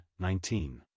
19